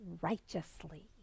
righteously